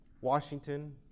Washington